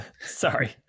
Sorry